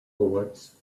lords